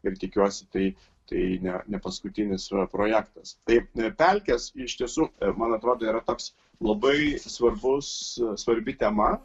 ir tikiuosi tai tai ne nepaskutinis projektas taip pelkes iš tiesų man atrodo yra toks labai svarbus svarbi tema